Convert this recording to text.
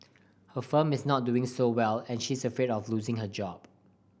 her firm is not doing so well and she is afraid of losing her job